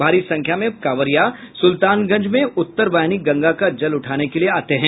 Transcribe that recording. भारी संख्या में कांवरियां सुल्तानगंज में उत्तर वाहिनी गंगा का जल उठाने के लिए आते हैं